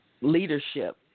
leadership